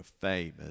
famous